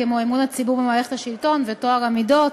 כמו אמון הציבור במערכת השלטון וטוהר המידות,